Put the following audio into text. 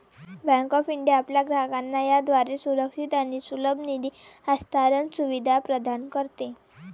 bank of India आपल्या ग्राहकांना याद्वारे सुरक्षित आणि सुलभ निधी हस्तांतरण सुविधा प्रदान करते